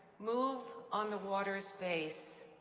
move on the water's face,